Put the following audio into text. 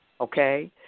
okay